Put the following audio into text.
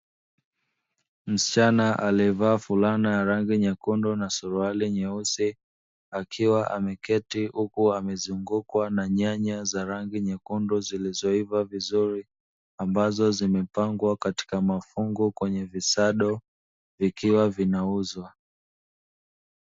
Msichana aliyevaa fulana ya rangi nyekundu na suruali nyeusi, akiwa ameketi huku amezungukwa na nyanya za rangi nyekundu zilizoivaa vizuri, ambazo zimepangwa katika mafungu kwenye visado, vikiwa vinauzwa.